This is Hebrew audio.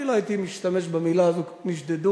אני לא הייתי משתמש במלה הזאת, "נשדדו".